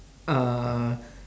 uh